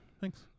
Thanks